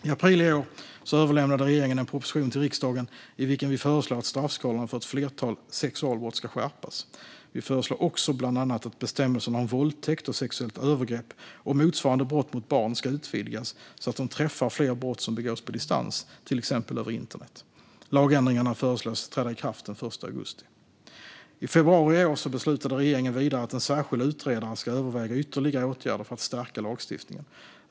I april i år överlämnade regeringen en proposition till riksdagen i vilken vi föreslår att straffskalorna för ett flertal sexualbrott ska skärpas. Vi föreslår också bland annat att bestämmelserna om våldtäkt och sexuellt övergrepp och motsvarande brott mot barn ska utvidgas så att de träffar fler brott som begås på distans, till exempel över internet. Lagändringarna föreslås träda i kraft den 1 augusti. I februari i år beslutade regeringen vidare att en särskild utredare ska överväga ytterligare åtgärder för att stärka lagstiftningen.